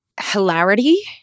Hilarity